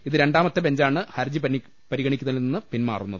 ഇത് രണ്ടാമത്തെ ബെഞ്ചാണ് ഹർജി പരിഗണിക്കുന്നതിൽ നിന്നും പിൻമാറുന്നത്